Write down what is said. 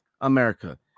America